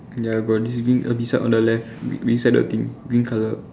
ya got this green beside one the left be~ beside the thing green colour